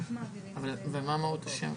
צריך להבין שלשם העולם הולך.